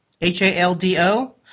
H-A-L-D-O